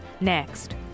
Next